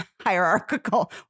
hierarchical